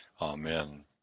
Amen